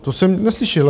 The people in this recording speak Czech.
To jsem neslyšel.